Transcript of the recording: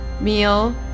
meal